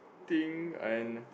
think and